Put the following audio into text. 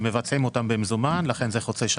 ממ"ד בבית פרטי, ממ"ד בבניין משותף.